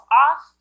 off